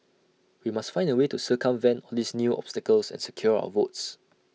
we must find A way to circumvent all these new obstacles and secure our votes